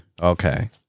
Okay